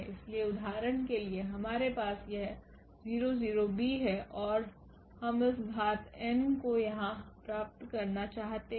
इसलिए उदाहरण के लिए हमारे पास यह 0 0 b है और हम इस घात n को यहां प्राप्त करना चाहते हैं